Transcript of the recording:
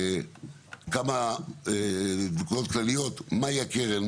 כמה נקודות כלליות מהי הקרן,